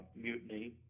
mutiny